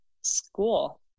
school